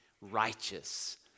righteous